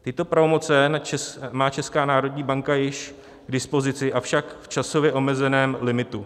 Tyto pravomoce má Česká národní banka již k dispozici, avšak v časově omezeném limitu.